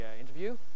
interview